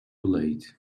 late